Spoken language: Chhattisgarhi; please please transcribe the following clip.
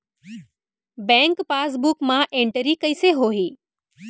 बैंक पासबुक मा एंटरी कइसे होही?